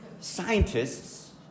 scientists